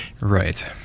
Right